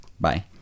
bye